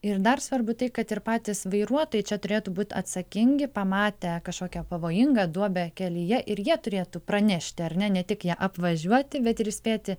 ir dar svarbu tai kad ir patys vairuotojai čia turėtų būt atsakingi pamatę kažkokią pavojingą duobę kelyje ir jie turėtų pranešti ar ne ne tik ją apvažiuoti bet ir įspėti